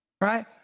Right